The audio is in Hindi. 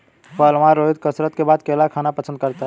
पहलवान रोहित कसरत के बाद केला खाना पसंद करता है